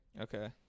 Okay